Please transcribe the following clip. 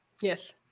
Yes